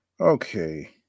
Okay